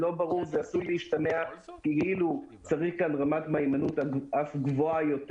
עשוי להשתמע מזה כאילו צריך כאן רמת מהימנות אף גבוהה יותר.